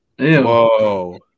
Whoa